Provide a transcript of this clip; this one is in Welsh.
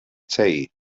tei